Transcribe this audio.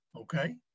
Okay